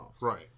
Right